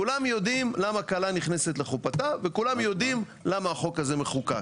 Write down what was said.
כולם יודעים למה כלה נכנסת לחופתה וכולם יודעים למה החוק הזה מחוקק.